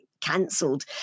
cancelled